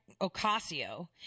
Ocasio